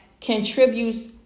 contributes